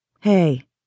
Hey